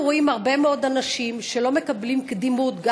אנחנו רואים הרבה מאוד אנשים שלא מקבלים קדימות,